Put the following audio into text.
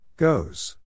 Goes